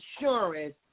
insurance